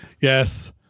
Yes